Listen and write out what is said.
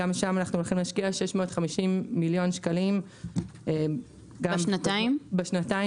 גם שם אנחנו הולכים להשקיע 650 מיליון שקלים בשנתיים הקרובות.